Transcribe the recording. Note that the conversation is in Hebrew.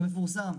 זה מפורסם.